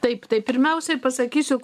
taip tai pirmiausiai pasakysiu